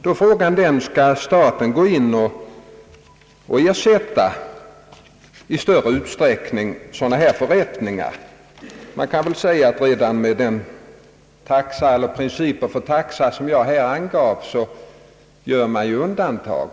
Då är frågan: Skall staten gå in och 1 större utsträckning ersätta kostnaderna för dessa förrättningar? Det kan väl sägas att man gör undantag även med de principer för taxa som jag här redogjort för.